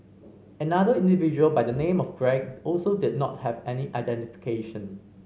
another individual by the name of Greg also did not have any identification